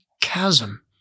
chasm